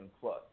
plus